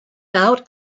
out